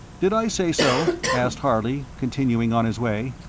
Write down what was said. did i say so? asked harley, continuing on his way.